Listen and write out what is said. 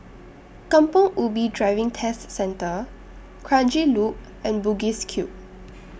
Kampong Ubi Driving Test Centre Kranji Loop and Bugis Cube